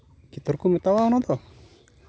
ᱡᱚᱛᱚ ᱦᱚᱲ ᱠᱚ ᱢᱮᱛᱟᱣᱟᱜᱼᱟ ᱚᱱᱟ ᱫᱚ